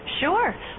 Sure